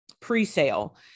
pre-sale